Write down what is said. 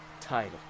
title